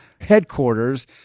headquarters